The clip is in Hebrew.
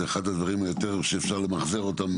זה אחד הדברים היותר קלים למיחזור.